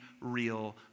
real